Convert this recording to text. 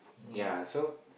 ya so